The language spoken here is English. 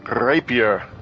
rapier